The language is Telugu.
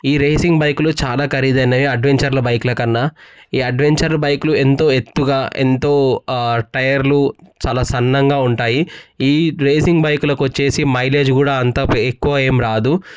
ఈ రేసింగ్ బైక్లు చాలా ఖరీదైనవి అడ్వెంచర్ల బైక్ల కన్నా ఈ అడ్వెంచర్ల బైకులు ఎంతో ఎత్తుగా ఎంతో టైర్లు చాలా సన్నగా ఉంటాయి ఈ రేసింగ్ బైక్లకు వచ్చి మైలేజ్ కూడా అంత ఎక్కువ ఏమి రాదు